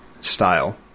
style